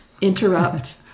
interrupt